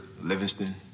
Livingston